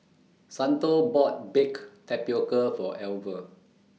Santo bought Baked Tapioca For Alver